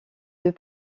deux